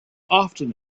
often